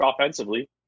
offensively